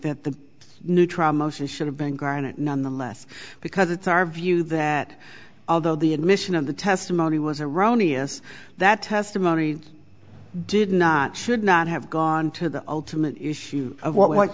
that the new trial motion should have been granted nonetheless because it's our view that although the admission of the testimony was erroneous that testimony did not should not have gone to the ultimate issue of what